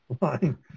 line